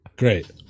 Great